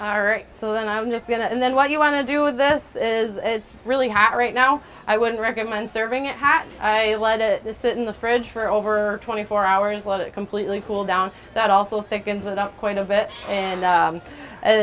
right so then i'm just going to and then what do you want to do with this is really hot right now i wouldn't recommend serving it hat i let it sit in the fridge for over twenty four hours let it completely cool down that also thickens it up quite a bit and